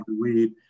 weed